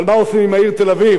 אבל מה עושים עם העיר תל-אביב?